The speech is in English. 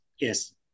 yes